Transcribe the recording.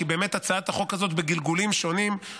כי באמת הצעת החוק הזאת בגלגולים שונים,